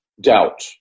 doubt